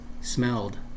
smelled